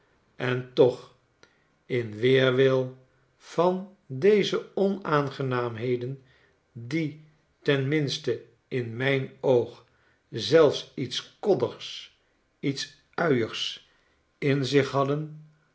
en toch in weerwil van deze onaangenaamheden die ten minste in mijn oog zelfs iets koddigs iets uiigs in zich hadden